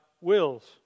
wills